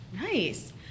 nice